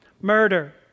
murder